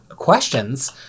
questions